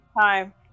time